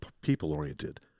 people-oriented